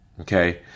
Okay